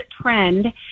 trend